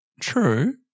true